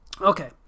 Okay